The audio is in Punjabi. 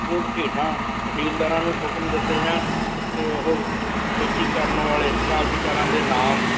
ਉਹ ਹੇਠਾਂ ਤਹਿਸੀਲਦਾਰਾਂ ਨੂੰ ਹੁਕਮ ਦਿੱਤੇ ਜਾਣ ਅਤੇ ਉਹ ਖੇਤੀ ਕਰਨ ਵਾਲੇ ਕਾਰਜਕਾਰਾਂ ਦੇ ਨਾਮ